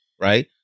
right